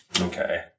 Okay